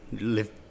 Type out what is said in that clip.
live